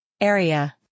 area